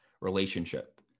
relationship